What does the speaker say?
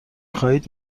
خواهید